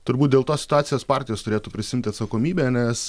turbūt dėl tos situacijos partijos turėtų prisiimt atsakomybę nes